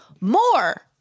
More